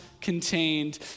contained